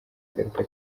ingaruka